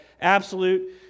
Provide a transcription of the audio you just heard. absolute